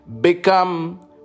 Become